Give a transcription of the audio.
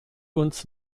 uns